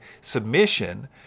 submission